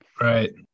right